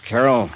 Carol